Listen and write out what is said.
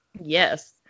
Yes